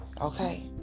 Okay